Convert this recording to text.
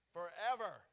Forever